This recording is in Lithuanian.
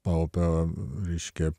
paupio reiškia